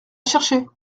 chercher